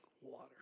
water